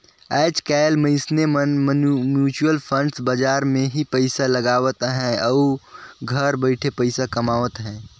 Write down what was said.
आएज काएल मइनसे मन म्युचुअल फंड बजार मन में ही पइसा लगावत अहें अउ घर बइठे पइसा कमावत अहें